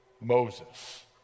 Moses